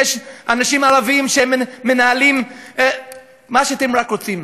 יש אנשים ערבים שמנהלים מה שאתם רק רוצים,